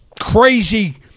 crazy